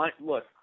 look